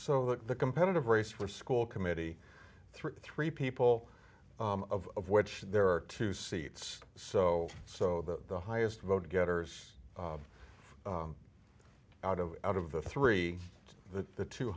so that the competitive race or school committee three people of which there are two seats so so that the highest vote getters out of out of the three that the two